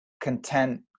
content